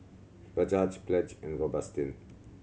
Bajaj Pledge and Robitussin